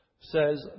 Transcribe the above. says